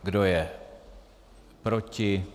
Kdo je proti?